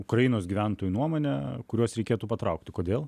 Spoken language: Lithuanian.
ukrainos gyventojų nuomone kuriuos reikėtų patraukti kodėl